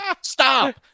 stop